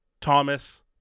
Thomas